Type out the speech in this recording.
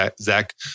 Zach